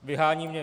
Vyhání mě.